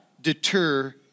deter